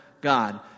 God